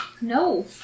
No